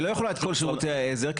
היא לא יכולה את כל שירותי העזר כי